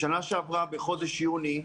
בשנה שעברה בחודש יוני,